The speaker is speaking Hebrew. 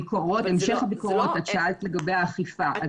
המשך הביקורות את שאלת לגבי האכיפה.